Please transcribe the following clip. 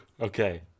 Okay